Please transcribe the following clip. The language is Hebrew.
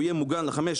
הוא יהיה מוגן לחמש,